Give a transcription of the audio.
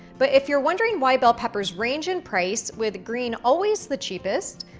but if you're wondering why bell peppers range in price with green always the cheapest,